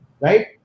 Right